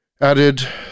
Added